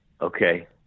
okay